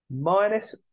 Minus